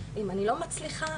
אם אני לא מצליחה,